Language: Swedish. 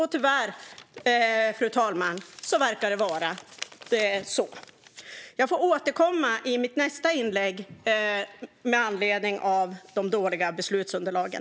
Tyvärr, fru talman, verkar det vara så. Jag får återkomma i mitt nästa inlägg med anledning av de dåliga beslutsunderlagen.